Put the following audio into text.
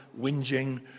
whinging